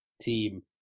team